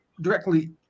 directly